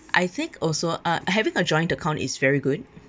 I think also uh having a joint account is very good